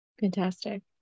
Fantastic